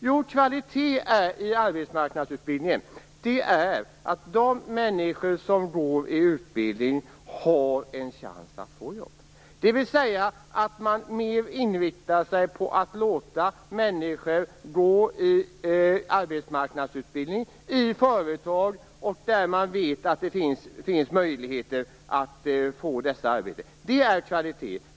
Jo, kvalitet i arbetsmarknadsutbildningen är att de människor som går på utbildning har en chans att få jobb, dvs. att man mer inriktar sig på att låta människor gå på arbetsmarknadsutbildning i företag där man vet att det finns möjligheter till arbete. Det är kvalitet.